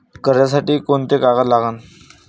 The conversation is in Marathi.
कर्जसाठी कोंते कागद लागन?